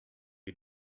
you